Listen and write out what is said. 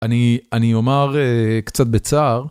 אני אומר קצת בצער.